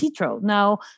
Now